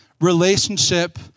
relationship